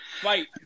fight